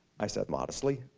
i said modestly,